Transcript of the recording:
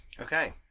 Okay